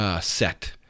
set